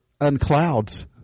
unclouds